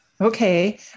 Okay